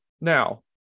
Now